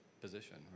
position